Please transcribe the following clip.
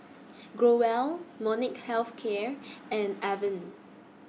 Growell Molnylcke Health Care and Avene